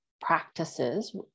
practices